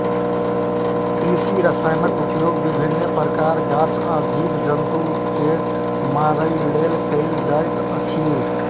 कृषि रसायनक उपयोग विभिन्न प्रकारक गाछ आ जीव जन्तु के मारय लेल कयल जाइत अछि